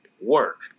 work